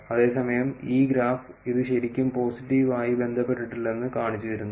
അതേസമയം ഈ ഗ്രാഫ് ഇത് ശരിക്കും പോസിറ്റീവ് ആയി ബന്ധപ്പെട്ടിട്ടില്ലെന്ന് കാണിച്ചുതരുന്നു